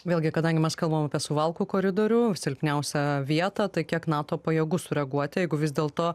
vėlgi kadangi mes kalbam apie suvalkų koridorių silpniausią vietą tai kiek nato pajėgų sureaguoti jeigu vis dėlto